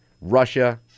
Russia